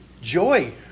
joy